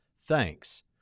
thanks